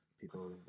people